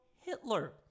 Hitler